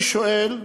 אני שואל,